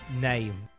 name